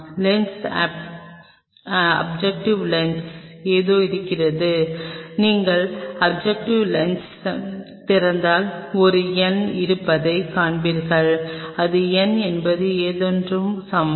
lens objective லென்ஸில் ஏதோ இருக்கிறது நீங்கள் ஆப்ஜெக்டிவ் லென்ஸைத் திறந்தால் ஒரு எண் இருப்பதைக் காண்பீர்கள் இது n என்பது ஏதோவொன்றுக்கு சமம்